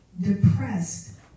depressed